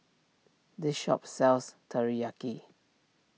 this shop sells Teriyaki